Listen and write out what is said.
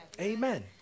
Amen